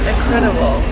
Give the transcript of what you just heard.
Incredible